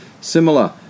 similar